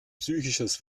psychisches